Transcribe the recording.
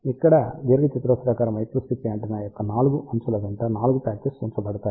ఇక్కడ దీర్ఘచతురస్రాకార microstrip antenna యొక్క 4 అంచుల వెంట 4 పాచెస్ ఉంచబడతాయి